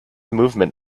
movement